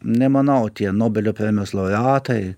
nemanau tie nobelio premijos laureatai